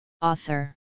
Author